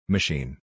Machine